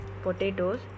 Potatoes